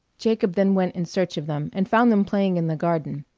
jacob then went in search of them, and found them playing in the garden.